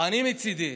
אני מצידי,